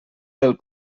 del